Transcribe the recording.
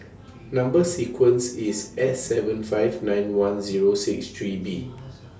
Number sequence IS S seven five nine one Zero six three B